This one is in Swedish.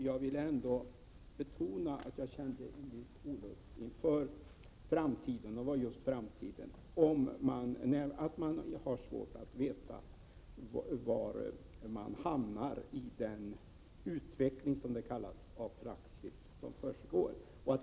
Jag vill betona att jag kände en viss olust inför framtiden, eftersom man har svårt att veta var man hamnar i den utveckling, som det kallas, som försiggår när det gäller praxis.